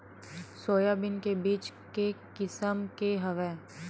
Soybean के बीज के किसम के हवय?